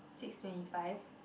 six twenty five